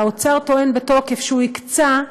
והאוצר טוען בתוקף שהוא הקצה,